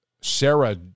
Sarah